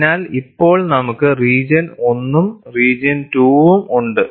അതിനാൽ ഇപ്പോൾ നമുക്ക് റീജിയൺ 1 ഉം റീജിയൺ 2 ഉം ഉണ്ട്